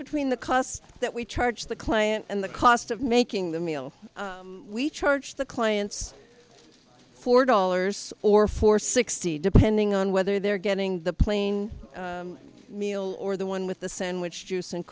between the costs that we charge the client and the cost of making the meal we charge the clients four dollars or four sixty depending on whether they're getting the plane meal or the one with the sandwich juice and